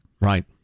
Right